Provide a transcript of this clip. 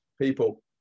people